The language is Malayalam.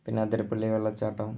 പിന്നെ അതിരപ്പള്ളി വെള്ളച്ചാട്ടം